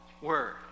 word